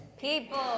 People